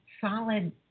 solid